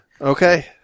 okay